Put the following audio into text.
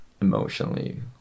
emotionally